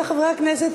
חברי חברי הכנסת,